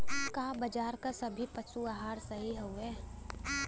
का बाजार क सभी पशु आहार सही हवें?